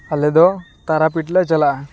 ᱟᱞᱮᱫᱚ ᱛᱟᱨᱟᱯᱤᱴᱷ ᱞᱮ ᱪᱟᱞᱟᱜᱼᱟ